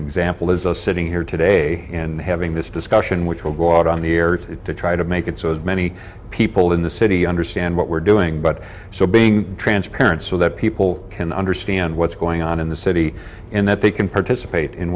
example is a sitting here today and having this discussion which will go out on the air to try to make it so as many people in the city understand what we're doing but so being transparent so that people can understand what's going on in the city and that they can participate in